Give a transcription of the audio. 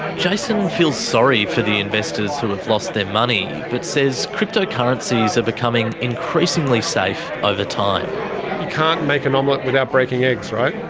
jason feels sorry for the investors who have lost their money but says cryptocurrencies are becoming increasingly safe ah over time. you can't make an omelette without breaking eggs, right.